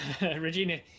Regina